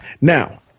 Now